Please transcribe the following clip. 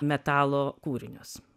metalo kūrinius